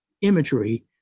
imagery